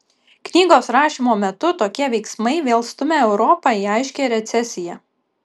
knygos rašymo metu tokie veiksmai vėl stumia europą į aiškią recesiją